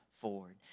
forward